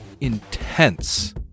intense